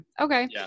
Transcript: Okay